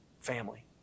family